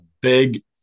big